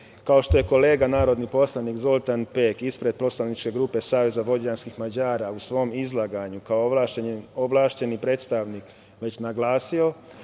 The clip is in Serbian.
kao što je kolega narodni poslanik, Zoltan Pek, ispred poslaničke grupe Savez vojvođanskih Mađara u svom izlaganju, kao ovlašćeni predstavnik već naglasio,